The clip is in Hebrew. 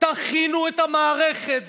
תכינו את המערכת,